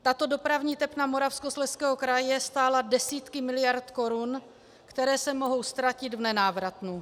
Tato dopravní tepna Moravskoslezského kraje stála desítky miliard korun, které se mohou ztratit v nenávratnu.